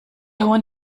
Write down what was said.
hohen